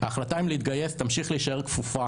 ההחלטה אם להתגייס תמשיך להישאר כפופה